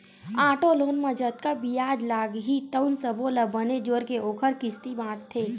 auto loan म जतका बियाज लागही तउन सब्बो ल बने जोरके ओखर किस्ती बाटथे